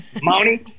money